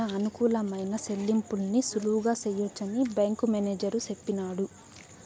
సెక్కుల దోరా సురచ్చితమయిన, అనుకూలమైన సెల్లింపుల్ని సులువుగా సెయ్యొచ్చని బ్యేంకు మేనేజరు సెప్పినాడు